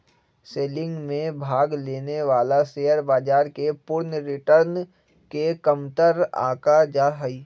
selling में भाग लेवे वाला शेयर बाजार के पूर्ण रिटर्न के कमतर आंका जा हई